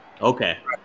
Okay